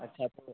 अच्छा तो